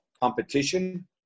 competition